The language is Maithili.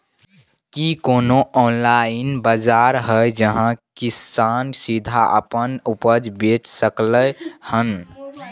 की कोनो ऑनलाइन बाजार हय जहां किसान सीधा अपन उपज बेच सकलय हन?